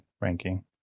ranking